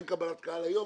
אין קבלת קהל היום,